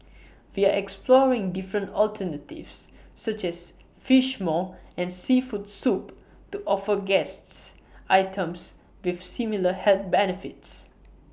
we are exploring different alternatives such as Fish Maw and Seafood Soup to offer guests items with similar health benefits